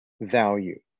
value